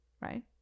right